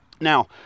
Now